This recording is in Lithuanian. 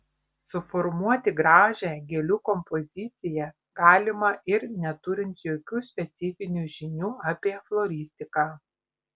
suformuoti gražią gėlių kompoziciją galima ir neturint jokių specifinių žinių apie floristiką